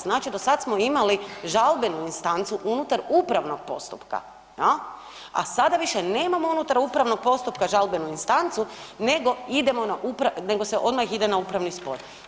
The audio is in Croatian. Znači do sada smo imali žalbenu instancu unutar upravnog postupka, jel, a sada više nemamo unutar upravnog postupka žalbenu instancu nego idemo na upravni, nego se odmah ide na upravni spor.